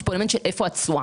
יש פה אלמנט איפה התשואה.